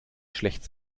schlecht